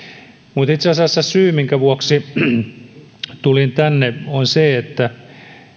mutta itse asiassa syy minkä vuoksi tulin tänne on se että